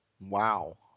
Wow